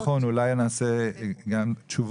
זוהי תשובה ישירה לשאלה אם יש או אין מיגון,